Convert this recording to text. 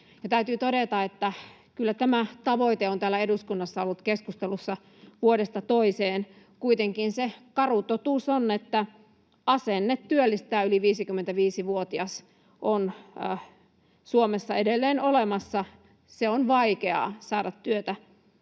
Täytyy todeta, että kyllä tämä tavoite on täällä eduskunnassa ollut keskustelussa vuodesta toiseen. Kuitenkin karu totuus on, että asenneongelma työllistää yli 55-vuotias on Suomessa edelleen olemassa, ja on vaikeaa saada työtä